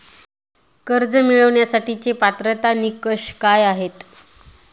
कर्ज मिळवण्यासाठीचे पात्रता निकष काय आहेत?